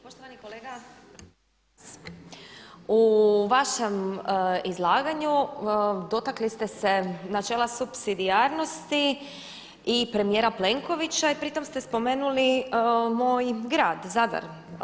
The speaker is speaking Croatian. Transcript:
Poštovani kolega, u vašem izlaganju dotakli ste se načela supsidijarnosti i premijera Plenkovića i pritom ste spomenuli moj grad Zadar.